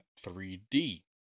3D